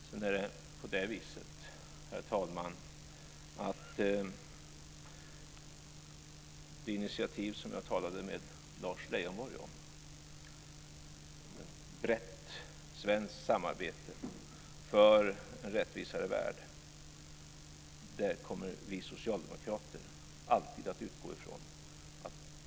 Sedan är det på det viset, herr talman, att det initiativ som jag talade om med Lars Leijonborg om ett brett svenskt samarbete för en rättvisare värld kommer vi socialdemokrater alltid att utgå från.